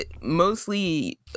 mostly